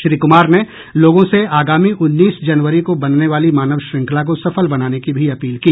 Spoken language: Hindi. श्री कुमार ने लोगों से आगामी उन्नीस जनवरी को बनने वाली मानव श्रृंखला को सफल बनाने की भी अपील की